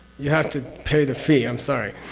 you have to pay the fee, i'm sorry.